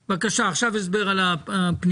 בבקשה, עכשיו הסבר על הפניות.